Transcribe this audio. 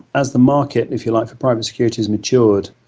as the market, if you like, for private security has matured,